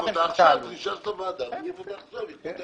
זאת הדרישה של הוועדה ועכשיו יוסיפו את זה.